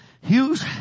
Hughes